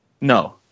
No